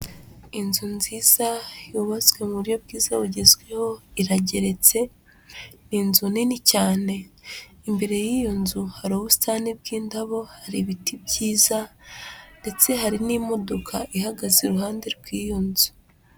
Inzu nziza yubatswe mu buryo bwiza bugezweho irageretse, ni inzu nini cyane, imbere y'iyo nzu hari ubusitani bw'indabo, hari ibiti byiza ndetse hari n'imodoka ihagaze iruhande rw'iyo nzu.